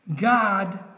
God